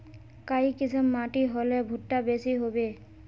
काई किसम माटी होले भुट्टा बेसी होबे?